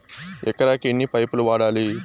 ఎకరాకి ఎన్ని పైపులు వాడాలి?